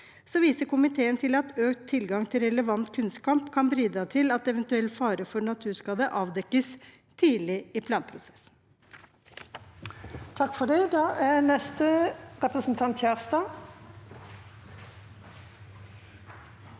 viser til at økt tilgang til relevant kunnskap kan bidra til at eventuell fare for naturskade avdekkes tidlig i planprosessen.